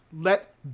let